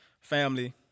family